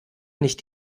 nicht